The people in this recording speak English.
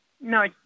No